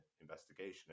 investigation